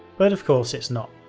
but of course it's not.